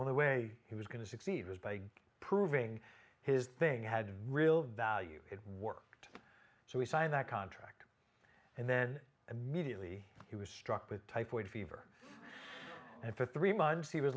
only way he was going to succeed was by proving his thing had real value it worked so he signed that contract and then immediately he was struck with type word fever and for three months he was